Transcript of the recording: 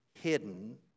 hidden